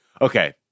Okay